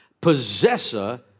possessor